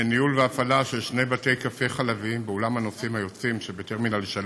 ניהול והפעלה של שני בתי קפה חלביים באולם הנוסעים היוצאים של טרמינל 3